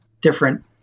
different